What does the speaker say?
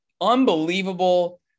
unbelievable